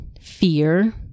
fear